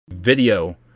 video